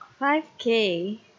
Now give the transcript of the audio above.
5k